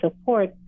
support